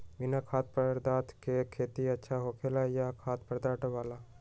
बिना खाद्य पदार्थ के खेती अच्छा होखेला या खाद्य पदार्थ वाला?